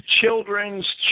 children's